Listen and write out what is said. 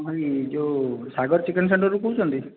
ହଁ ଭାଇ ଯେଉଁ ସାଗର ଚିକେନ ସେଣ୍ଟର ରୁ କହୁଛନ୍ତି